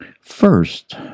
first